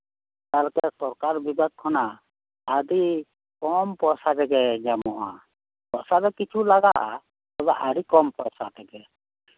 ᱛᱟᱦᱚᱞᱮ ᱥᱚᱨᱠᱟᱨ ᱵᱤᱵᱷᱟᱜᱽ ᱠᱷᱚᱱᱟᱜ ᱟᱹᱰᱤ ᱠᱚᱢ ᱯᱚᱭᱥᱟ ᱛᱮᱜᱮ ᱧᱟᱢᱚᱜᱼᱟ ᱯᱚᱭᱥᱟ ᱫᱚ ᱠᱤᱪᱷᱩ ᱞᱟᱜᱟᱜᱼᱟ ᱛᱚᱵᱮ ᱟᱹᱰᱤ ᱠᱚᱢ ᱯᱚᱭᱥᱟ ᱛᱮᱜᱮ